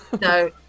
No